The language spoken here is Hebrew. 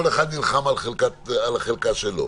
כל אחד נלחם על החלקה שלו.